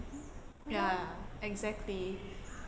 ya exactly